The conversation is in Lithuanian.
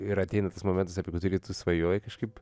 ir ateina tas momentas apie kurį tu svajoji kažkaip